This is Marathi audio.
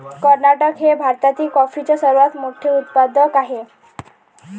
कर्नाटक हे भारतातील कॉफीचे सर्वात मोठे उत्पादक आहे